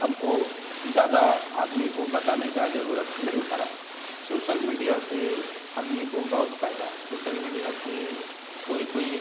हमको ज़्यादा आदमी को बताने का ज़रूरत नहीं पड़ी सोसल मीडिया से आदमी को बहुत फ़ायदा है सोसल मीडिया से कोई कोई